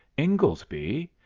ingoldsby?